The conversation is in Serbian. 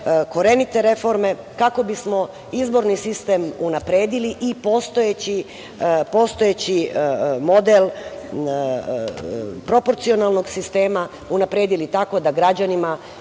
korenite reforme kako bismo izborni sistem unapredili i postojeći model proporcionalnog sistema unapredili tako da građanima